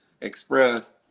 Express